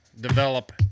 develop